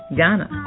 Ghana